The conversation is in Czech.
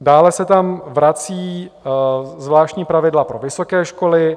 Dále se tam vracejí zvláštní pravidla pro vysoké školy.